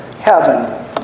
heaven